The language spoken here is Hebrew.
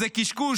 זה קשקוש,